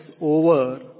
over